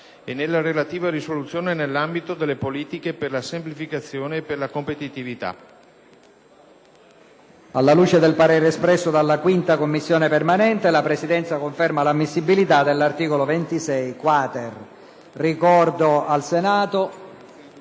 e nella relativa risoluzione nell’ambito delle politiche per la semplificazione e per la competitivita`». PRESIDENTE. Alla luce del parere espresso dalla 5ª Commissione permanente, la Presidenza conferma l’ammissibilita` dell’articolo 26-quater. LUSI (PD).